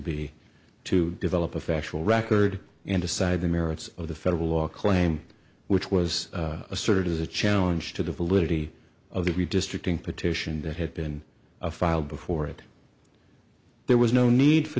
be to develop a factual record and decide the merits of the federal law claim which was asserted as a challenge to the validity of the redistricting petition that had been filed before it there was no need for